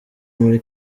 muri